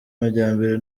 majyambere